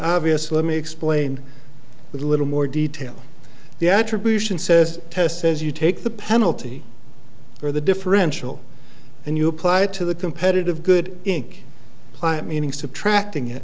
obvious let me explain with a little more detail the attribution says test says you take the penalty for the differential and you apply to the competitive good ink plant meaning subtracting